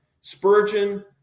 Spurgeon